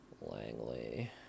Langley